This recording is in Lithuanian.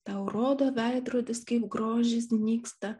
tau rodo veidrodis kaip grožis nyksta